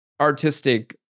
artistic